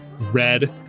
red